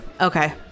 Okay